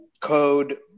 code